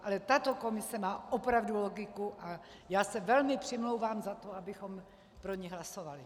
Ale tato komise má opravdu logiku a já se velmi přimlouvám za to, abychom pro ni hlasovali.